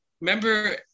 remember